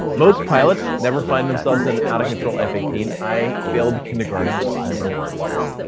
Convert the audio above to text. most pilots never find themselves in out-of-control f eighteen. i failed the kindergarten, so i've done it twice.